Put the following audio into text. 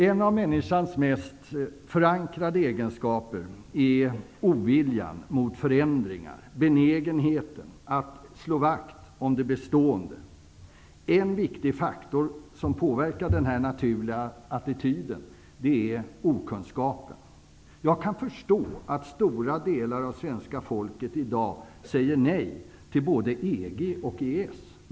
En av människans mest förankrade egenskaper är oviljan mot förändringar och benägenheten att slå vakt om det bestående. En viktig faktor som påverkar den här naturliga attityden är okunskapen. Jag kan förstå att stora delar av svenska folket i dag säger nej till både EG och EES.